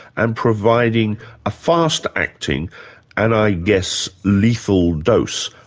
and providing a fast-acting, and i guess lethal dose,